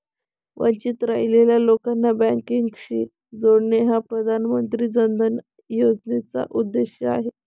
वंचित राहिलेल्या लोकांना बँकिंगशी जोडणे हा प्रधानमंत्री जन धन योजनेचा उद्देश आहे